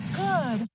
good